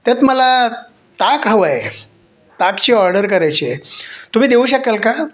त्यात मला ताक हवं आहे ताक ची ऑर्डर करायची आहे तुम्ही देऊ शकाल का